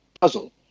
puzzle